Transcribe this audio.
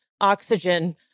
oxygen